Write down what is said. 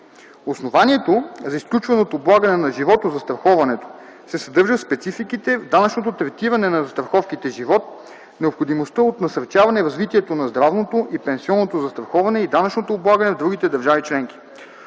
Основанието за изключване от облагане на животозастраховането се съдържа в спецификите в данъчното третиране на застраховките „Живот”, необходимостта от насърчаване развитието на здравното и пенсионното застраховане и данъчното облагане в другите държави-членки.